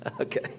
Okay